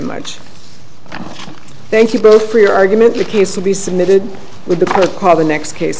much thank you both for your argument the case will be submitted with the protocol the next case